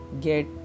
get